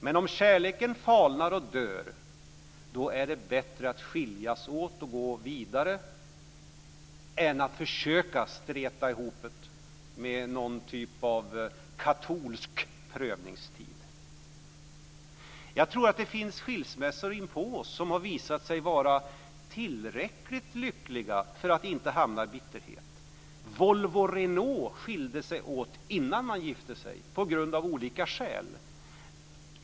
Men om kärleken falnar och dör är det bättre att skiljas åt och gå vidare än att försöka streta ihop med någon typ av katolsk prövningstid. Jag tror att det finns skilsmässor inpå oss, som har visat sig vara tillräckligt lyckliga för att parterna inte ska hamna i bitterhet. Volvo och Renault skilde sig åt innan de gifte sig, av olika skäl.